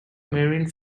marine